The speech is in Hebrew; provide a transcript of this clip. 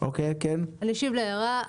אני אשיב להערה.